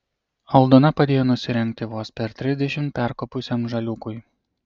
aldona padėjo nusirengti vos per trisdešimt perkopusiam žaliūkui